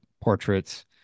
portraits